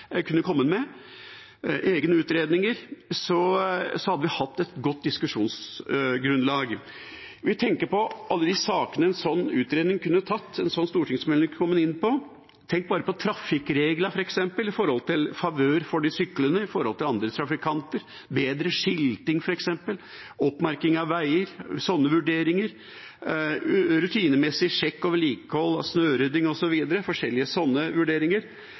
hadde vi hatt et godt diskusjonsgrunnlag. Vi tenker på alle de sakene en sånn utredning, en sånn stortingsmelding, kunne kommet inn på. Tenk bare på trafikkreglene i favør av de syklende i forhold til andre trafikanter, bedre skilting, oppmerking av veier, rutinemessig sjekk og vedlikehold og snørydding osv. – forskjellig sånne vurderinger.